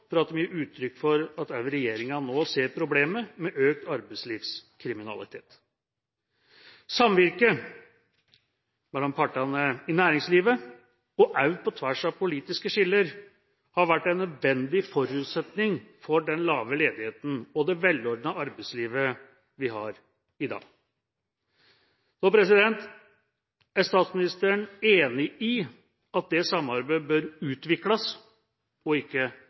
for at den gir uttrykk for at også regjeringa nå ser problemet med økt arbeidslivskriminalitet. Samvirket mellom partene i næringslivet og på tvers av politiske skiller har vært en nødvendig forutsetning for den lave ledigheten og det velordnede arbeidslivet vi har i dag. Er statsministeren enig i at det samarbeidet bør utvikles og ikke